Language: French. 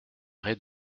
res